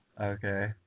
Okay